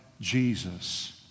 Jesus